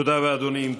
תודה רבה, אדוני.